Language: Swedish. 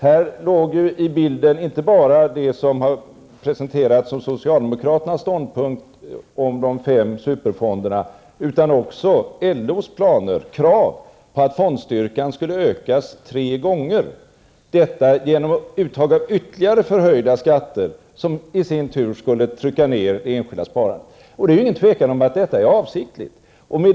Här låg i bilden inte bara det som har presenterats som socialdemokraternas ståndpunkt rörande de fem superfonderna utan också LOs planer, krav, att fondstyrkan skulle ökas tre gånger -- detta genom uttag av ytterligare förhöjda skatter, som i sin tur skulle trycka ner det enskilda sparandet. Det är ingen tvekan om att detta är avsiktligt.